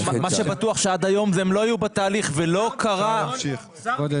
מה שבטוח שעד היום הם לא היו בתהליך ולא קרה --- שר הביטחון